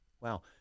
Wow